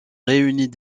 réunit